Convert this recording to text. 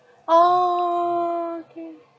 oh okay